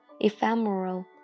Ephemeral